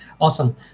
awesome